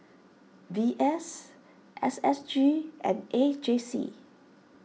V S S S G and A J C